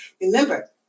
Remember